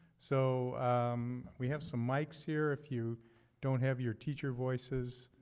so um we have some mikes here, if you don't have your teacher voices.